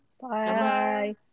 Bye